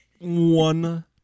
One